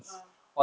oh